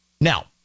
Now